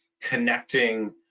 connecting